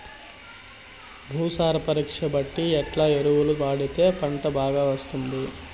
భూసార పరీక్ష బట్టి ఎట్లా ఎరువులు వాడితే పంట బాగా వస్తుంది?